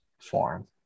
form